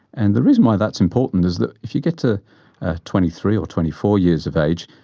and the reason why that's important is that if you get to ah twenty three or twenty four years of age,